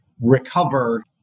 recover